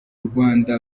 rwanda